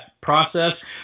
process